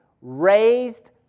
Raised